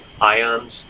Ions